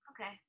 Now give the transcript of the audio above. Okay